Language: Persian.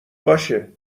باشه